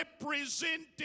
represented